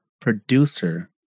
producer